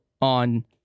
on